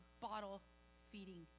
bottle-feeding